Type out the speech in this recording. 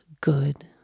good